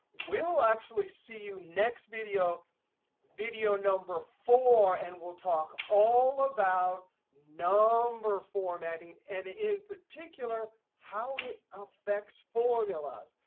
we'll actually see you next video video number four. and we'll talk all about number formatting, and in particular how it affects formulas.